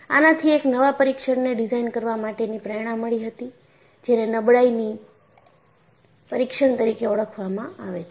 આનાથી એક નવા પરીક્ષણને ડિઝાઇન કરવા માટેની પ્રેરણા મળી હતી જેને નબળાઈની પરીક્ષણ તરીકે ઓળખવામાં આવે છે